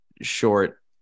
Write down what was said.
short